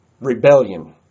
rebellion